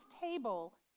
table